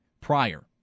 prior